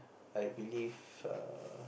I believe err